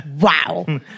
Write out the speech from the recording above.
Wow